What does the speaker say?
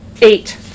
Eight